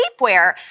sleepwear